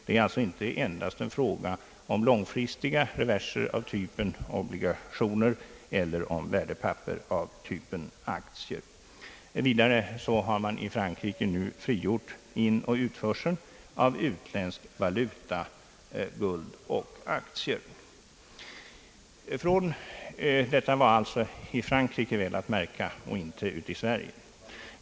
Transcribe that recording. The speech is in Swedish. Det är alltså inte endast en fråga om långfristiga reverser av typen obligationer eller om värdepapper av typen aktier. Vidare har man i Frankrike nu frigjort inoch utförseln av utländsk valuta, guld och aktier — detta var alltså i Frankrike, väl att märka, inte i Sverige.